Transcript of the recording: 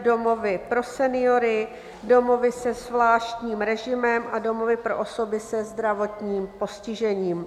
domovy pro seniory, domovy se zvláštním režimem a domovy pro osoby se zdravotním postižením.